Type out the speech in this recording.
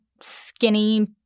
skinny